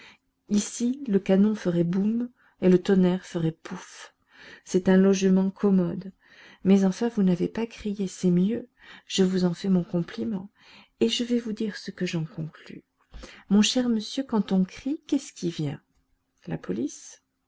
ici le canon ferait boum et le tonnerre ferait pouf c'est un logement commode mais enfin vous n'avez pas crié c'est mieux je vous en fais mon compliment et je vais vous dire ce que j'en conclus mon cher monsieur quand on crie qu'est-ce qui vient la police